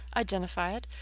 identify it.